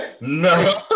no